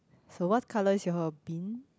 so what colour is your bin